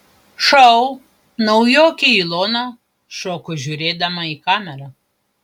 šou naujokė ilona šoko žiūrėdama į kamerą